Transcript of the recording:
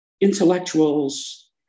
intellectuals